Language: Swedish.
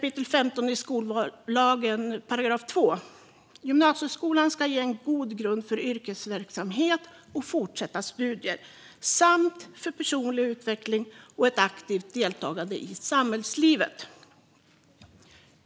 I 15 kap. 2 § skollagen står: "Gymnasieskolan ska ge en god grund för yrkesverksamhet och fortsatta studier samt för personlig utveckling och ett aktivt deltagande i samhällslivet.